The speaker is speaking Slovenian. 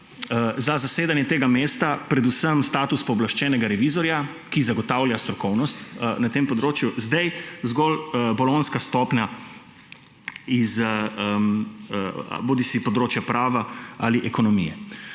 za zasedanje tega mesta predvsem status pooblaščenega revizorja, ki zagotavlja strokovnost na tem področju, zdaj zgolj bolonjska stopnja, bodisi s področja prava ali ekonomije.